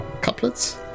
couplets